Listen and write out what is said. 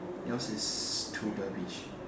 yours is to the beach